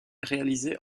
réalisées